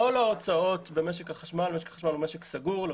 כל ההוצאות במשק החשמל שהוא משק סגור אין